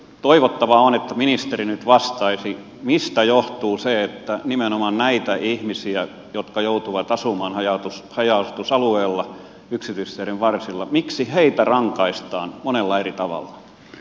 toivottavaa on että ministeri nyt vastaisi mistä johtuu se että nimenomaan näitä ihmisiä jotka joutuvat asumaan haja asutusalueilla yksityisteiden varsilla rangaistaan monella eri tavalla